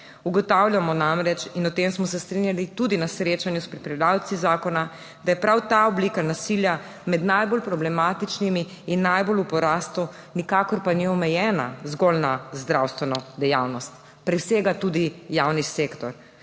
Ugotavljamo namreč, in o tem smo se strinjali tudi na srečanju s pripravljavci zakona, da je prav ta oblika nasilja med najbolj problematičnimi in najbolj v porastu, nikakor pa ni omejena zgolj na zdravstveno dejavnost, presega tudi javni sektor.